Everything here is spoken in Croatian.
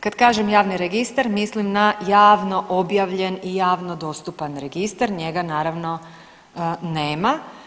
Kad kažem javni registar mislim na javno objavljen i javno dostupan registar, njega naravno nema.